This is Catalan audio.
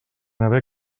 haver